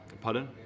Pardon